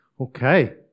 Okay